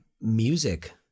music